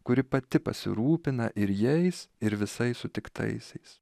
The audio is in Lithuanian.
kuri pati pasirūpina ir jais ir visais sutiktaisiais